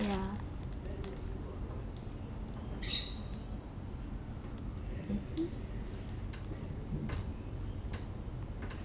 ya mmhmm